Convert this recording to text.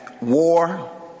war